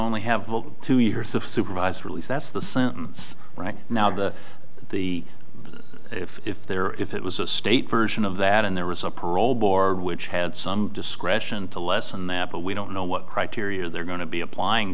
only have two years of supervised release that's the sentence right now the the if if there if it was a state version of that and there was a parole board which had some discretion to lessen that but we don't know what criteria they're going to be applying